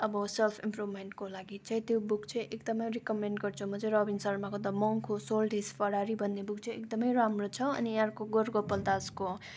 अब सेल्फ इम्प्रुभमेन्टको लागि चाहिँ त्यो बुक चाहिँ एकदम रिकमेन्ड गर्छु म चाहिँ रोबिन शर्माको the monk who sold his Ferrari भन्ने बुक चाहिँ एकदम राम्रो अनि अर्को गौर गोपाल दासको